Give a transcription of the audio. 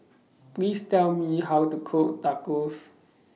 Please Tell Me How to Cook Tacos